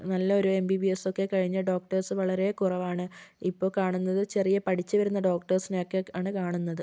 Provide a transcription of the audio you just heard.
നല്ലൊരു M B B S ഒക്കെ കഴിഞ്ഞ ഡോക്ടേഴ്സ് വളരെ കുറവാണ് ഇപ്പോൾ കാണുന്നത് ചെറിയ പഠിച്ചുവരുന്ന ഡോക്ടർസിനെ ഒക്കെയാണ് കാണുന്നത്